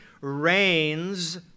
reigns